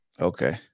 Okay